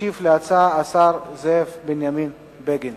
ישיב על ההצעה השר זאב בנימין בגין.